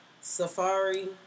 Safari